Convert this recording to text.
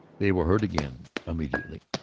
they were heard again, immediately.